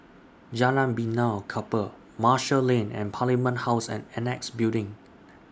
Jalan Benaan Kapal Marshall Lane and Parliament House and Annexe Building